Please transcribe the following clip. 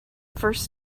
first